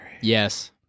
Yes